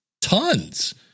tons